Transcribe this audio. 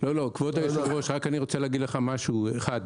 כבוד היושב-ראש, אני רוצה להגיד לך דבר אחד.